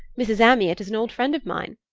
mrs. amyot is an old friend of mine.